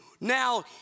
now